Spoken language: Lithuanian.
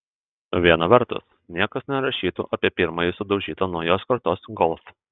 viena vertus niekas nerašytų apie pirmąjį sudaužytą naujos kartos golf